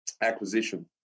acquisition